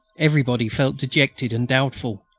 everybody felt dejected and doubtful.